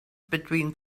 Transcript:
between